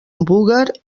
búger